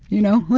you know?